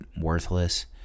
Worthless